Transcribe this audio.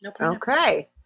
Okay